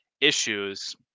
issues